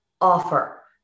offer